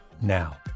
now